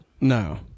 No